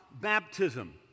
baptism